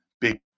big